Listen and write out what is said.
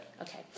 Okay